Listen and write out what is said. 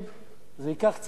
זה ייקח קצת יותר זמן,